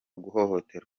guhohoterwa